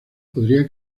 podría